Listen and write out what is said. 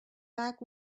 back